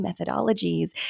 methodologies